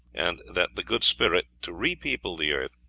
and that the good spirit, to repeople the earth,